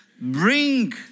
bring